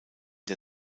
der